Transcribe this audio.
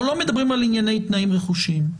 אנחנו לא מדברים על ענייני תנאים רכושיים.